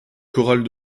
chorale